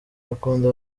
bakunda